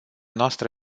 noastră